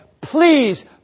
please